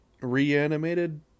reanimated